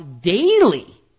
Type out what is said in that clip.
daily